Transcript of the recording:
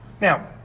Now